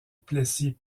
plessis